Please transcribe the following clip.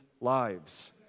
lives